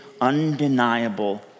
undeniable